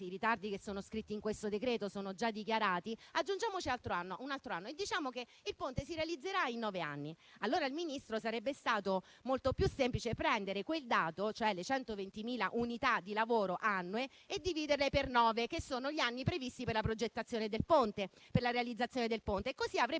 i ritardi che sono scritti in questo decreto-legge sono già dichiarati. Aggiungiamo comunque un altro anno e diciamo che il Ponte si realizzerà in nove anni. Allora, Ministro, sarebbe stato molto più semplice prendere quel dato, cioè le 120.000 unità di lavoro annue, e dividerlo per nove, che sono gli anni previsti per la realizzazione del Ponte. Avrebbe